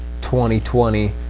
2020